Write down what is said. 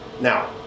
Now